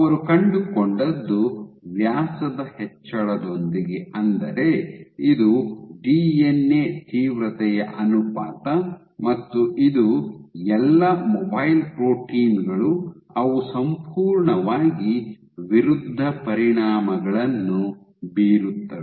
ಅವರು ಕಂಡುಕೊಂಡದ್ದು ವ್ಯಾಸದ ಹೆಚ್ಚಳದೊಂದಿಗೆ ಅಂದರೆ ಇದು ಡಿಎನ್ಎ ತೀವ್ರತೆಯ ಅನುಪಾತ ಮತ್ತು ಇದು ಎಲ್ಲಾ ಮೊಬೈಲ್ ಪ್ರೋಟೀನ್ ಗಳು ಅವು ಸಂಪೂರ್ಣವಾಗಿ ವಿರುದ್ಧ ಪರಿಣಾಮಗಳನ್ನು ಬೀರುತ್ತವೆ